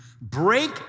Break